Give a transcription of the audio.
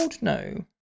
No